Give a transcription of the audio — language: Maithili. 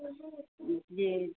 जी